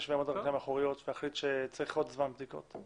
ויעמוד על הרגליים האחוריות ויחליט שצריך עוד זמן בדיקות.